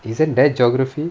isn't that geography